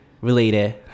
Related